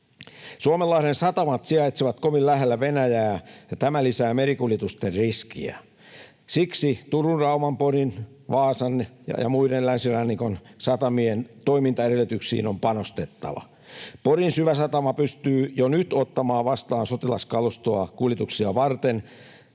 Suomenlahden satamat sijaitsevat kovin lähellä Venäjää, ja tämä lisää merikuljetusten riskiä. Siksi Turun, Rauman, Porin, Vaasan ja muiden länsirannikon satamien toimintaedellytyksiin on panostettava. Porin syväsatama pystyy jo nyt ottamaan vastaan sotilaskalustoa kuljetuksia varten,